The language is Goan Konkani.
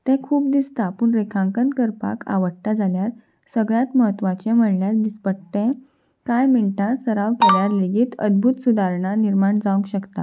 तें खूब दिसता पूण रेखांकन करपाक आवडटा जाल्यार सगळ्यांत म्हत्वाचें म्हणल्यार दिसपट्टें कांय मिनटां सराव केल्यार लेगीत अदभुत सुदारणां निर्माण जावंक शकता